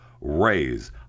raise